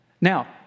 Now